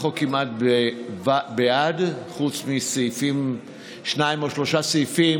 בעד, 43 נגד,